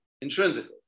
Intrinsically